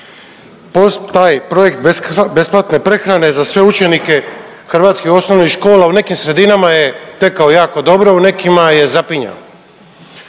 obrok. Taj projekt besplatne prehrane za sve učenike hrvatskih osnovnih škola u nekim sredinama je tekao jako dobro, u nekim je zapinjao.